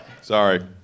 Sorry